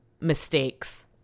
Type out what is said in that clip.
mistakes